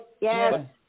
Yes